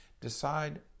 Decide